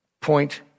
point